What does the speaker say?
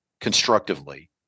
constructively